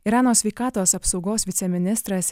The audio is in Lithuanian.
irano sveikatos apsaugos viceministras